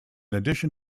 addition